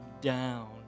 down